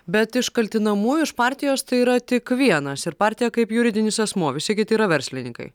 bet iš kaltinamųjų iš partijos tai yra tik vienas ir partija kaip juridinis asmuo visi kiti yra verslininkai